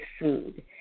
food